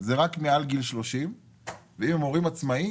זה רק מעל גיל 30. ואם הם הורים עצמאים,